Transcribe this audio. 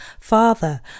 Father